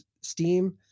Steam